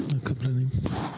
בבקשה.